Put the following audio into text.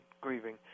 grieving